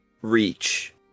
reach